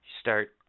start